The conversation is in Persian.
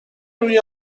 روی